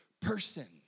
person